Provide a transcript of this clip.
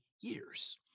years